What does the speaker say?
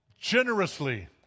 generously